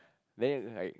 then like